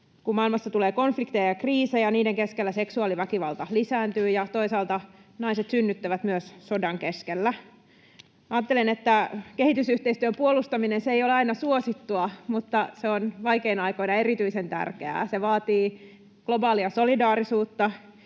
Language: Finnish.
Kun maailmassa tulee konflikteja ja kriisejä, niiden keskellä seksuaaliväkivalta lisääntyy ja toisaalta naiset synnyttävät myös sodan keskellä. Ajattelen, että kehitysyhteistyön puolustaminen ei ole aina suosittua, mutta se on vaikeina aikoina erityisen tärkeää. Se vaatii globaalia solidaarisuutta,